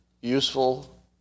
useful